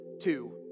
two